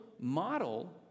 model